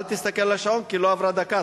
אל תסתכל על השעון כי לא עברה דקה,